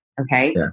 okay